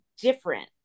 different